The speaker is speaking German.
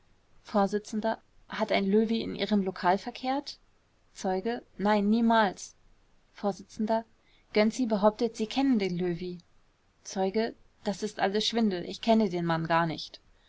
vors hat ein löwy in ihrem lokal verkehrt zeuge nein niemals vors gönczi behauptet sie kennen den löwy zeuge das ist alles schwindel ich kenne den mann gar nicht